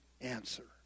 answer